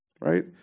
Right